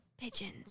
Pigeons